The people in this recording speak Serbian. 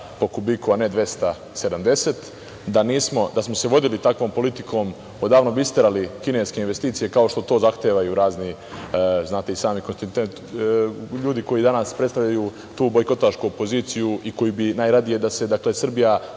po kubiku a ne 270, da smo se vodili takvom politikom odavno bismo isterali kineske investicije kao što to zahtevaju razni, znate i sami, ljudi koji danas predstavljaju tu bojkotašku opoziciju i koji bi najradije da se Srbija